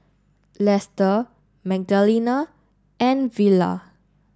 Lester Magdalena and Vella